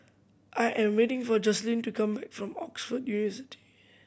I am waiting for Joselin to come back from Oxford